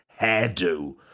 hairdo